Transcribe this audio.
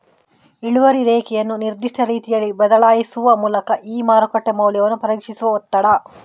ಇಳುವರಿ ರೇಖೆಯನ್ನು ನಿರ್ದಿಷ್ಟ ರೀತಿಯಲ್ಲಿ ಬದಲಾಯಿಸುವ ಮೂಲಕ ಈ ಮಾರುಕಟ್ಟೆ ಮೌಲ್ಯವನ್ನು ಪರೀಕ್ಷಿಸುವ ಒತ್ತಡ